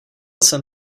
jsem